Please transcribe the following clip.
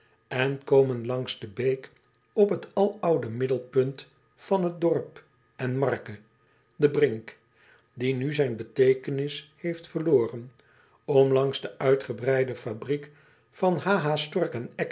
en komen langs de beek op het aloude middelpunt van dorp en marke de rink die nu zijn beteekenis heeft verloren om langs de uitgebreide fabriek der